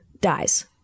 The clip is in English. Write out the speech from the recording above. dies